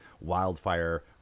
wildfire